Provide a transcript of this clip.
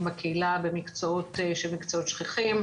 בקהילה במקצועות שהם מקצועות שכיחים.